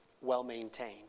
well-maintained